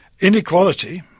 Inequality